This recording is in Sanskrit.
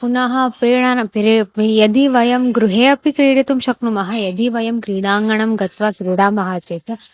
पुनः प्रेरणानां यदि वयं गृहे अपि क्रीडितुं शक्नुमः यदि वयं क्रीडाङ्गणं गत्वा क्रीडामः चेत्